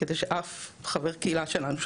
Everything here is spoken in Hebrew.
כדי שאף חבר קהילה שלנו,